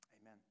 Amen